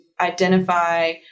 identify